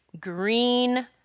green